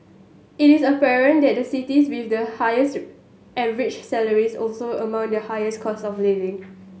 it is apparent that the cities with the highest average salaries also among the highest cost of living